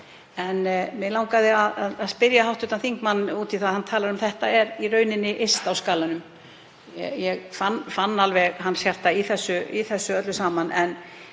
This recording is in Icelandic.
En mig langaði að spyrja hv. þingmann út í það að hann talar um að þetta sé í rauninni yst á skalanum. Ég fann alveg hjarta hans í þessu öllu saman. En